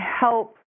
help